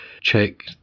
check